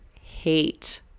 hate